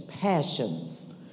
passions